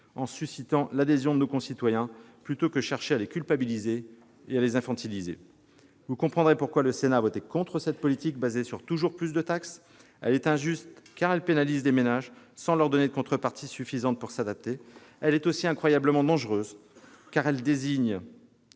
en suscitant l'adhésion de nos concitoyens, plutôt que de chercher à les culpabiliser et à les infantiliser. Vous comprendrez pourquoi le Sénat a voté contre cette politique fondée sur toujours plus de taxes. Elle est injuste, car elle pénalise des ménages sans leur donner de contreparties suffisantes pour s'adapter. Elle est aussi incroyablement dangereuse, car elle désigne